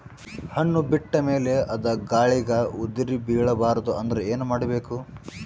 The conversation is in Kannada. ಹಣ್ಣು ಬಿಟ್ಟ ಮೇಲೆ ಅದ ಗಾಳಿಗ ಉದರಿಬೀಳಬಾರದು ಅಂದ್ರ ಏನ ಮಾಡಬೇಕು?